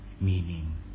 meaning